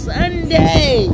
Sunday